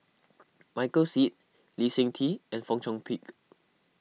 Michael Seet Lee Seng Tee and Fong Chong Pik